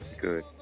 Good